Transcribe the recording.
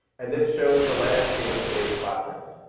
and this shows the landscape of today's classrooms.